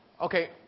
Okay